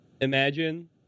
imagine